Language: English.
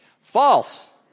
False